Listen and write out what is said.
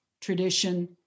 tradition